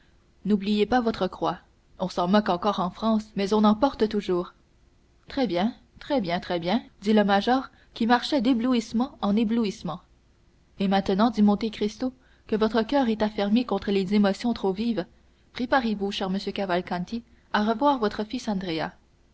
n'oubliez pas votre croix on s'en moque encore en france mais on en porte toujours très bien très bien très bien dit le major qui marchait d'éblouissements en éblouissements et maintenant dit monte cristo que votre coeur est affermi contre les émotions trop vives préparez-vous cher monsieur cavalcanti à revoir votre fils